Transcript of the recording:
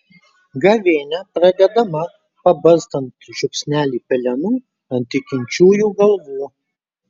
gavėnia pradedama pabarstant žiupsnelį pelenų ant tikinčiųjų galvų